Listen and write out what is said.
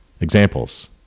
Examples